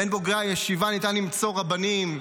בין בוגרי הישיבה ניתן למצוא רבנים,